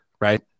right